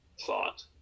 thought